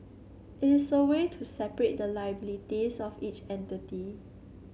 it is a way to separate the liabilities of each entity